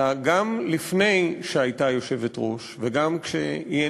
אלא גם לפני שהייתה יושבת-ראש וגם כשהיא